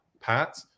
Pat